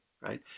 right